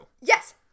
Yes